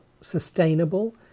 sustainable